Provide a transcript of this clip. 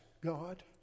God